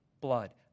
blood